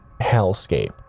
hellscape